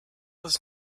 was